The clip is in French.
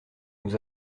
nous